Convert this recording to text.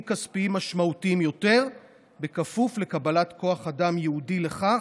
כספיים משמעותיים יותר בכפוף לקבלת כוח אדם ייעודי לכך,